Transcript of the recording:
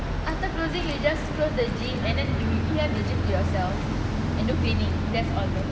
after closing you just close the gym and then you can have the gym to yourself and no training that's all